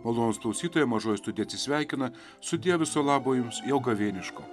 malonūs klausytojai mažoji studija atsisveikina sudie viso labo jums jau gavėniško